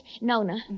Nona